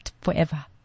forever